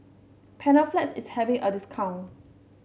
Panaflex is having a discount